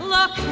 Look